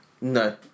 No